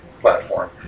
platform